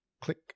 click